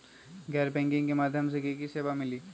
गैर बैंकिंग के माध्यम से की की सेवा मिली?